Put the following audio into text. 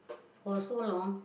for so long